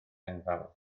enfawr